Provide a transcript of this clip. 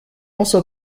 also